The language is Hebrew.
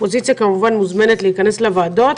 האופוזיציה כמובן מוזמנת להיכנס לוועדות,